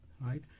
right